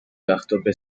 وقتابه